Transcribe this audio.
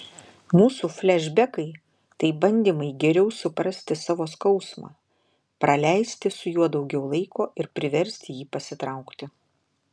mūsų flešbekai tai bandymai geriau suprasti savo skausmą praleisti su juo daugiau laiko ir priversti jį pasitraukti